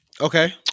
okay